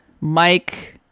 mike